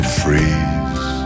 freeze